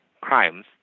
crimes